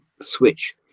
switch